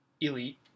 elite